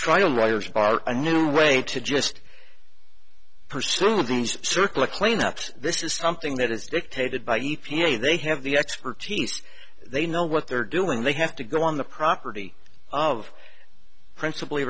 trial lawyers bar a new way to just pursued the circlip cleanups this is something that is dictated by e p a they have the expertise they know what they're doing they have to go on the property of principal